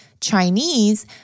Chinese